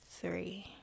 three